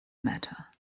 matter